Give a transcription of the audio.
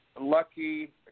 lucky